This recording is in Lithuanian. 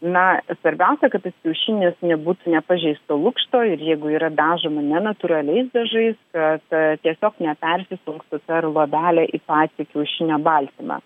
na svarbiausia kad tas kiaušinis nebūtų nepažeisto lukšto ir jeigu yra dažoma ne natūraliais dažais kad tiesiog nepersisunktų per luobelę į patį kiaušinio baltymą